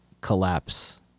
collapse